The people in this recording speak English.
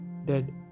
dead